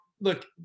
look